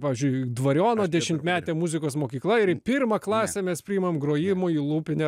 pavyzdžiui dvariono dešimtmetė muzikos mokykla ir pirmą klasę mes priimam grojimui lūpine